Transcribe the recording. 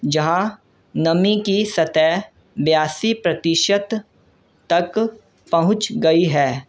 جہاں نمی کی سطح بیاسی پرتیشت تک پہنچ گئی ہے